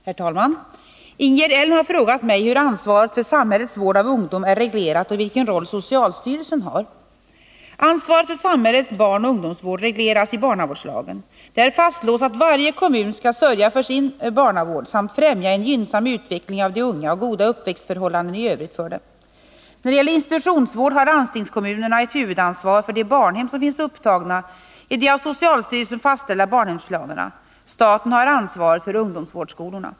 Herr talman! Ingegerd Elm har frågat mig hur ansvaret för samhällets vård av ungdom är reglerat och vilken roll socialstyrelsen har. Ansvaret för samhällets barnoch ungdomsvård regleras i barnavårdslagen. Där fastslås att varje kommun skall sörja för sin barnavård samt främja en gynnsam utveckling av de unga och goda uppväxtförhållanden i övrigt för dem. När det gäller institutionsvård har landstingskommunerna ett huvudansvar för de barnhem som finns upptagna i de av socialstyrelsen fastställda barnhemsplanerna. Staten har ansvaret för ungdomsvårdsskolorna.